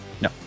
No